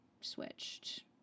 switched